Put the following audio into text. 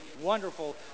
wonderful